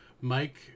Mike